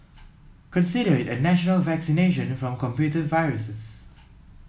consider it a national vaccination from computer viruses